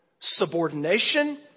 subordination